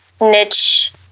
niche